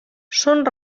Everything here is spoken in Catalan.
són